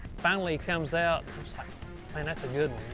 finally he comes out. man that's a good